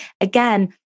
again